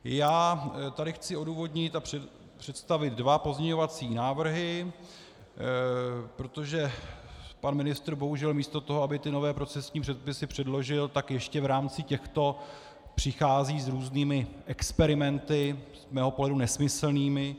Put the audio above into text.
Já tady chci odůvodnit a představit dva pozměňovací návrhy, protože pan ministr bohužel místo toho, aby nové procesní předpisy předložil, tak ještě v rámci těchto přichází s různými experimenty z mého pohledu nesmyslnými.